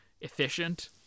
efficient